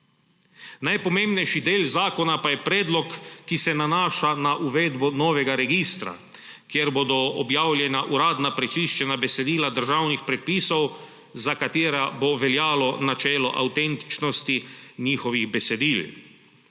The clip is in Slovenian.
Najpomembnejši del zakona pa je predlog, ki se nanaša na uvedbo novega registra, kjer bodo objavljena uradna prečiščena besedila državnih predpisov, za katera bo veljalo načelo avtentičnosti njihovih besedil